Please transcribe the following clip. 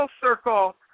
circle